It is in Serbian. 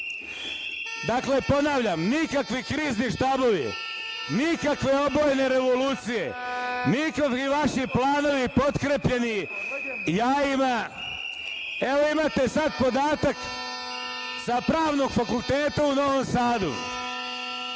put. Dakle, ponavljam, nikakvi krizni štabovi, nikakve obojene revolucije, nikakvi vaši planovi potkrepljeni jajima. Evo, imate sad podatak sa Pravnog fakulteta u Novom Sadu,